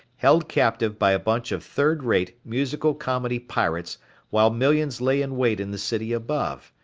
held captive by a bunch of third rate musical comedy pirates while millions lay in wait in the city above.